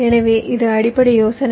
எனவே இது அடிப்படை யோசனை